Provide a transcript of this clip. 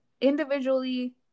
individually